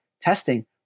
testing